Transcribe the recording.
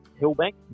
Hillbank